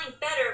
better